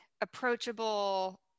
approachable